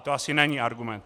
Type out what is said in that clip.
To asi není argument.